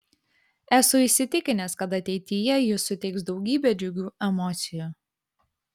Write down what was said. esu įsitikinęs kad ateityje ji suteiks daugybę džiugių emocijų